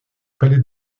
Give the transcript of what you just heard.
palais